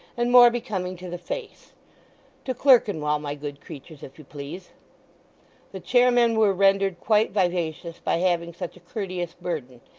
and more becoming to the face to clerkenwell, my good creatures, if you please the chairmen were rendered quite vivacious by having such a courteous burden,